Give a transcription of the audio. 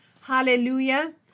hallelujah